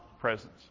presence